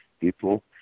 people